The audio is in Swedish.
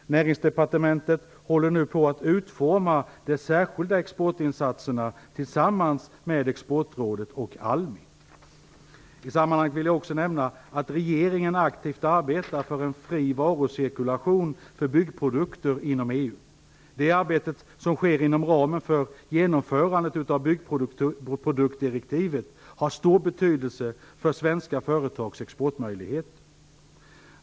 Näringsdepartementet håller nu på att utforma de särskilda exportinsatserna tillsammans med Exportrådet och ALMI. I sammanhanget vill jag också nämna att regeringen aktivt arbetar för en fri varucirkulation för byggprodukter inom EU. Det arbetet, som sker inom ramen för genomförandet av byggproduktdirektivet, har stor betydelse för svenska företags exportmöjligheter.